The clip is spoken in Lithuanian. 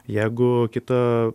jeigu kita